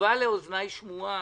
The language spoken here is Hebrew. גונבה לאוזניי שמועה,